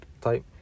type